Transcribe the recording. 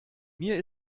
mir